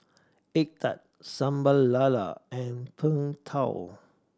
egg tart Sambal Lala and Png Tao